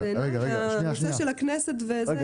מתנות נשאיר.